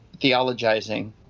theologizing